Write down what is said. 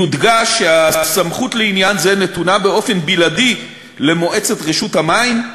יודגש שהסמכות לעניין זה נתונה באופן בלעדי למועצת רשות המים,